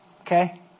Okay